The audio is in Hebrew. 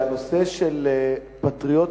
שהנושא של פטריוטיות-יתר